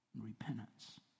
Repentance